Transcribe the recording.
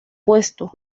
puesto